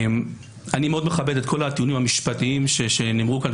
אני מאוד מכבד את כל הטיעונים המשפטיים שנאמרו כאן,